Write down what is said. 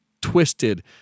twisted